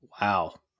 Wow